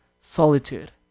solitude